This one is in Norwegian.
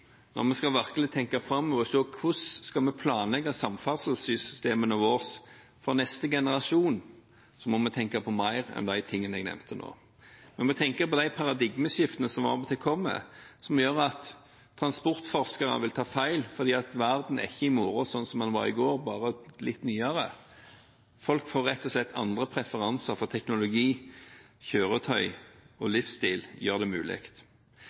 når vi virkelig skal tenke framover på hvordan vi skal planlegge samferdselssystemene våre for neste generasjon, må vi tenke på mer enn de tingene jeg nevnte nå. Vi må tenke på de paradigmeskiftene som av og til kommer, som gjør at transportforskere tar feil fordi verden i morgen ikke er sånn som den var i går, bare litt nyere. Folk får rett og slett andre preferanser fordi teknologikjøretøy og livsstil gjør det mulig.